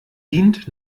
dient